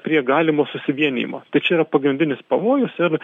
prie galimo susivienijimo tai čia yra pagrindinis pavojus ir